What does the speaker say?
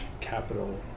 capital